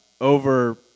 Over